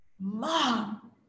Mom